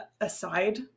aside